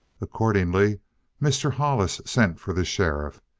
accordingly mr. hollis sent for the sheriff.